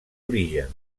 orígens